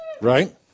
Right